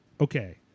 okay